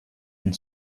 and